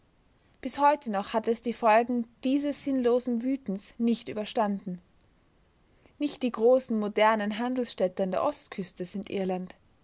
bis heute noch hat es die folgen dieses sinnlosen wütens nicht überstanden nicht die großen modernen handelsstädte an der ostküste sind irland